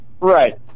Right